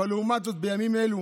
אבל לעומת זאת, בימים אלו